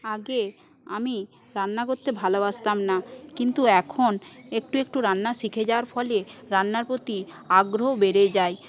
আগে আমি রান্না করতে ভালবাসতাম না কিন্তু এখন একটু একটু রান্না শিখে যাওয়ার ফলে রান্নার প্রতি আগ্রহ বেড়ে যায়